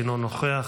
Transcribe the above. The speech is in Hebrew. אינו נוכח,